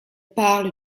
parle